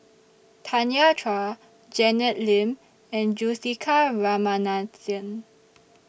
Tanya Chua Janet Lim and Juthika Ramanathan